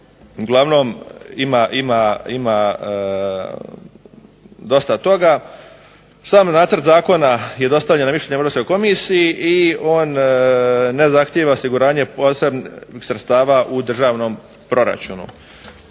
Uglavnom ima dosta toga. Sam nacrt zakona je dostavljen višoj Europskoj komisiji i on ne zahtjeva osiguranje posebnih sredstava u državnom proračunu.